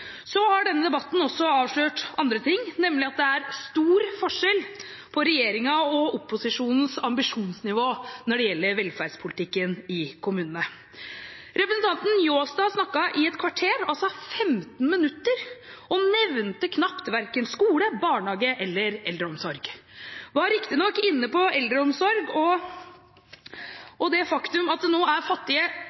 Så har denne debatten også avslørt andre ting, nemlig at det er stor forskjell på regjeringens og opposisjonens ambisjonsnivå når det gjelder velferdspolitikken i kommunene. Representanten Njåstad snakket i ett kvarter, altså 15 minutter, og nevnte knapt verken skole, barnehage eller eldreomsorg. Han var riktignok inne på eldreomsorg og det faktum at det nå er fattige